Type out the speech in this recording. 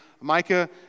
Micah